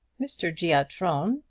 mr. giatron,